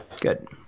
Good